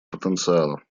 потенциала